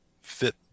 fit